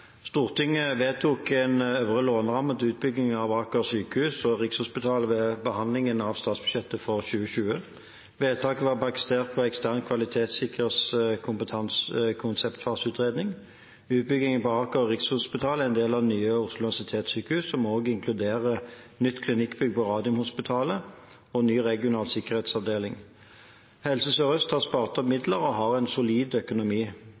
Stortinget vedtok en øvre låneramme til utbyggingen av Aker sykehus og Rikshospitalet ved behandlingen av statsbudsjettet for 2020. Vedtaket var basert på eksternt kvalitetssikrede konseptfaseutredninger. Utbyggingen på Aker og Rikshospitalet er en del av nye Oslo universitetssykehus, som også inkluderer nytt klinikkbygg på Radiumhospitalet og ny regional sikkerhetsavdeling. Helse Sør-Øst har spart opp midler og har solid økonomi.